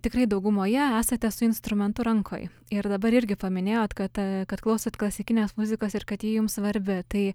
tikrai daugumoje esate su instrumentu rankoj ir dabar irgi paminėjot kad ta kad klausote klasikinės muzikos ir kad ji jums svarbi tai